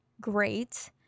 Great